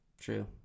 True